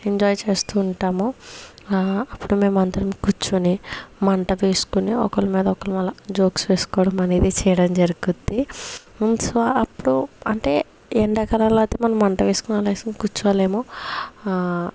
enjoy చేస్తూ ఉంటాము అప్పుడు మేమందరము కూర్చొని మంట వేసుకొని ఒకరి మీద ఒకరం అలా జోక్స్ వేసుకోడడం అనేది చేయడం జరుగుతుంది సో అప్పుడు అంటే ఎండాకాలంలో అయితే మన మంట వేసుకొని అసలు కూర్చోలేము